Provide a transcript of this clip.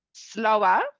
Slower